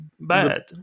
bad